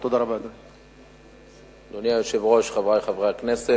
1 3. אדוני היושב-ראש, חברי חברי הכנסת,